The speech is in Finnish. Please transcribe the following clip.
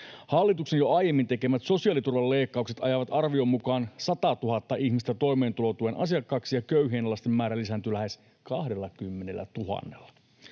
Hallituksen jo aiemmin tekemät sosiaaliturvan leikkaukset ajavat arvion mukaan 100 000 ihmistä toimeentulotuen asiakkaiksi, ja köyhien lasten määrä lisääntyy lähes 20 000:lla.